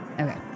Okay